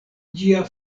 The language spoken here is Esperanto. ĝia